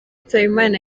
nsabimana